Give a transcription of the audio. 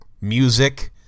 Music